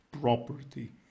property